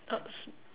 absent